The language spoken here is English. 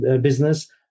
business